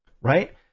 right